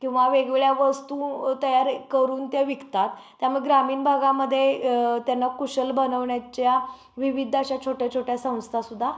किंवा वेगवेगळ्या वस्तू तयार करून त्या विकतात त्यामुळे ग्रामीण भागामध्ये त्यांना कुशल बनवण्याच्या विविध अशा छोट्या छोट्या संस्थासुद्धा